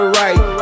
right